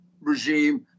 regime